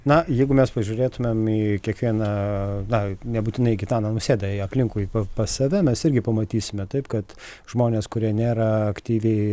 na jeigu mes pažiūrėtumėm į kiekvieną na nebūtinai į gitaną nausėdą i aplinkui pas save mes irgi pamatysime taip kad žmonės kurie nėra aktyviai